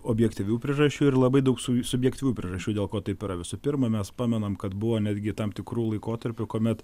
objektyvių priežasčių ir labai daug subjektyvių priežasčių dėl ko taip yra visų pirma mes pamenam kad buvo netgi tam tikrų laikotarpių kuomet